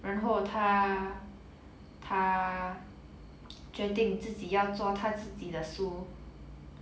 然后他他决定自己要做他自己的书